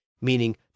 meaning